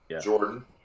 Jordan